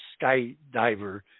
skydiver